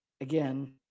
Again